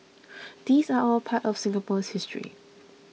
these are all part of Singapore's history